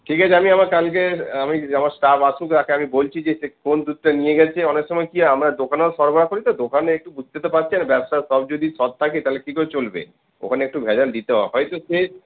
ঠিক আছে আমি আবার কালকে আমি আমার স্টাফ আসুক তাকে আমি বলছি যে সে কোন দুধটা নিয়ে গেছে অনেক সময় কি হয় আমরা দোকানেও সরবারহ করি তো দোকানে একটু বুঝতে তো পারছেন ব্যবসার সব যদি সৎ থাকে তাহলে কি করে চলবে ওইখানে একটু ভেজাল দিতে হয় হয়তো সে